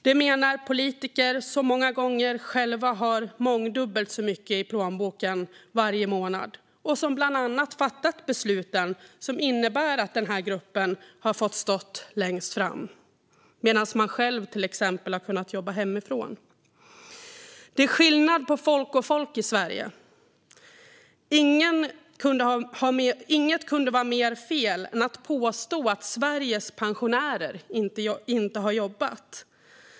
Detta menar politiker som många gånger själva får mångdubbelt så mycket i plånboken varje månad och som bland annat fattat besluten som inneburit att denna grupp fått stå längst fram medan man själv till exempel har kunnat jobba hemifrån. Det är skillnad på folk och folk i Sverige. Inget kunde vara mer fel än att påstå att Sveriges pensionärer inte har jobbat.